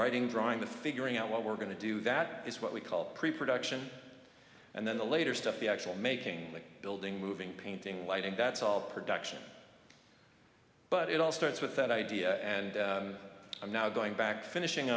writing drawing the figuring out what we're going to do that is what we call pre production and then the later stuff the actual making the building moving painting lighting that's all production but it all starts with that idea and i'm now going back finishing